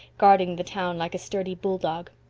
guarding the town like a sturdy bulldog.